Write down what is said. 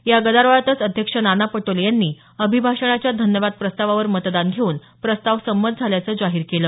या गदारोळातच अध्यक्ष नाना पटोले यांनी अभिभाषणाच्या धन्यवाद प्रस्तावावर मतदान घेऊन प्रस्ताव संमत झाल्याच जाहीर केलं